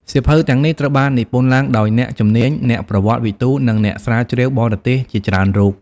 សៀវភៅទាំងនេះត្រូវបាននិពន្ធឡើងដោយអ្នកជំនាញ អ្នកប្រវត្តិវិទូ និងអ្នកស្រាវជ្រាវបរទេសជាច្រើនរូប។